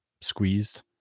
squeezed